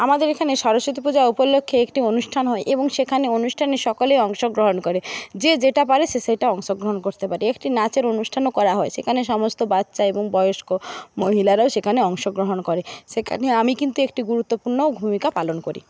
আমাদের এখানে সরস্বতী পূজা উপলক্ষে একটি অনুষ্ঠান হয় এবং সেখানে অনুষ্ঠানে সকলে অংশগ্রহণ করে যে যেটা পারে সে সেটা অংশগ্রহণ করতে পারে একটি নাচের অনুষ্ঠানও করা হয় সেখানে সমস্ত বাচ্চা এবং বয়স্ক মহিলারাও সেখানে অংশগ্রহণ করে সেখানে আমি কিন্তু একটি গুরুত্বপূর্ণ ভূমিকা পালন করি